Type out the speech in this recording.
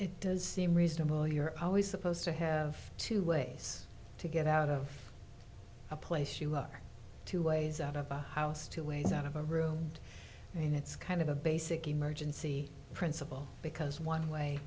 it does seem reasonable you're always supposed to have two ways to get out of a place you are two ways out of a house two ways out of a room and it's kind of a basic emergency principle because one way